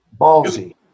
Ballsy